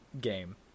game